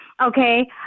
Okay